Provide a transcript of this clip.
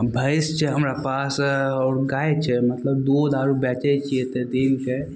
भैँस छै हमरा पास आओर गाइ छै मतलब दूध आओर बेचै छिए तऽ दिनके